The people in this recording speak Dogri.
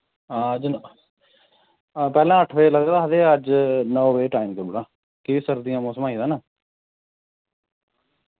हां जिन हां पैह्ले अट्ठ बजे लगदा हा ते अज्ज नौ बजे टाइम देऊडां के सर्दियें दा मौसम आई गेदा ना